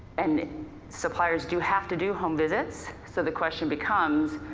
and suppliers do have to do home visits so the question becomes,